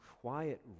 quiet